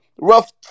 rough